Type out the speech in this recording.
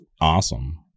awesome